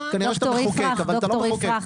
כנראה שאתה מחוקק, אבל אתה לא מחוקק.